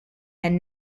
and